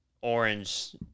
orange